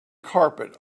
carpet